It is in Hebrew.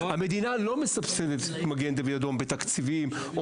המדינה לא מסבסדת את מגן דוד אדום בתקציבים,